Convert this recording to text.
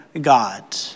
God